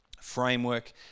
framework